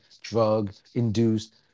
drug-induced